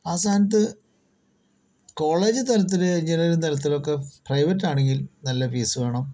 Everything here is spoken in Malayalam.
ആ സ്ഥാനത്ത് കോളേജ് തലത്തിൽ എൻജിനീറിങ് തലത്തിലൊക്കെ പ്രൈവറ്റാണെങ്കിൽ നല്ല ഫീസ് വേണം